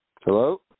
hello